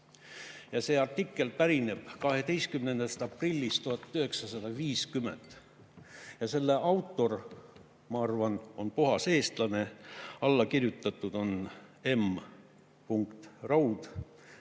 Ja see artikkel pärineb 12. aprillist 1950. Selle autor, ma arvan, on puhas eestlane. Alla kirjutatud on M. Raud.